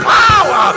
power